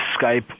Skype